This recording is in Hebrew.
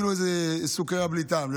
כאילו זה סוכריה בלי טעם,